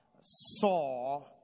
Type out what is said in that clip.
saw